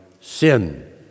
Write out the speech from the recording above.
sin